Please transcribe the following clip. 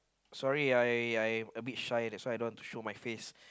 sorry I I a bit shy that's why I don't want to show my face